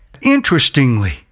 Interestingly